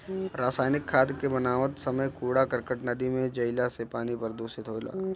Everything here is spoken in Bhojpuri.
रासायनिक खाद के बनावत समय कूड़ा करकट नदी में जईला से पानी प्रदूषित होला